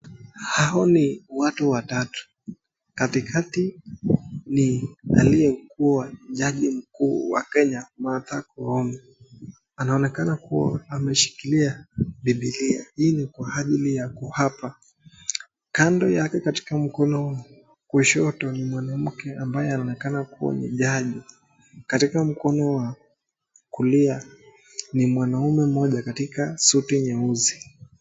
Hao ni watu watatu. Katikati ni aliyekua jaji mkuu wa Kenya, Martha Koome. Anaonekana kua ameshikilia bibilia. Hii ni kwa ajili ya kuapa. Kando yake katika mkono wa kushoto, ni mwanamke ambaye anaonekana kua ni jaji. Katika mkono wa kulia, ni mwanaume mmoja katika suti nyeusi.